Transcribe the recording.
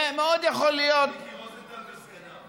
מיקי רוזנטל וסגניו.